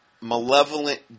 malevolent